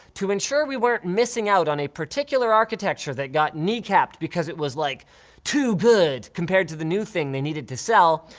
to ensure we weren't missing out on a particular architecture that got knee capped, because it was like too good! compared to the new thing they needed to sell,